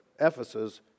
Ephesus